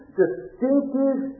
distinctive